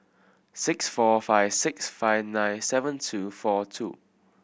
six four five six five nine seven two four two